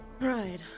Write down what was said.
Right